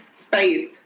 space